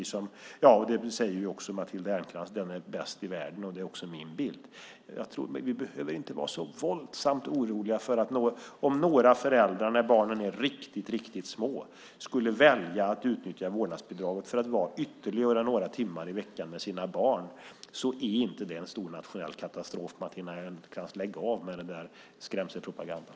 Det säger också Matilda Ernkrans, den är bäst i världen. Det är också min bild. Vi behöver inte vara så våldsamt oroliga om några föräldrar när barnen är riktigt, riktigt små skulle välja att utnyttja vårdnadsbidraget för att vara ytterligare några timmar i veckan med sina barn. Det är inte en stor nationell katastrof, Matilda Ernkrans. Lägg av med den där skrämselpropagandan!